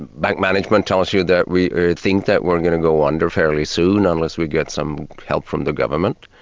and like management tells you that we think that we're going to go under fairly soon, unless we get some help from the government.